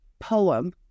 poem